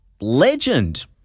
legend